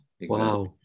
Wow